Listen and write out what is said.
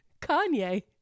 Kanye